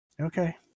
Okay